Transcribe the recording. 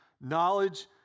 Knowledge